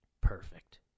Perfect